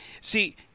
See